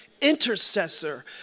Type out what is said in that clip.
intercessor